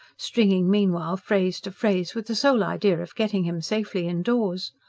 stringing meanwhile phrase to phrase with the sole idea of getting him safely indoors.